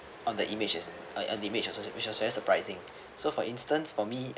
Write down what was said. on the images as uh image as it which was very surprising so for instance for me